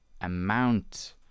amount